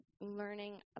learning